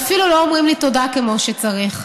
ואפילו לא אומרים לי תודה כמו שצריך.